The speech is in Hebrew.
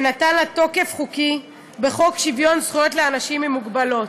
ונתן לה תוקף חוקי בחוק שוויון זכויות לאנשים עם מוגבלות.